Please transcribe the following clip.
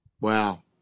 Wow